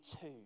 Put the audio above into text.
two